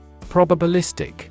Probabilistic